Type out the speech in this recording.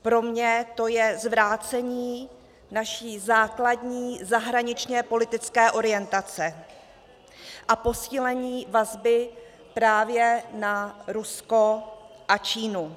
Pro mě to je zvrácení naší základní zahraničněpolitické orientace a posílení vazby právě na Rusko a Čínu.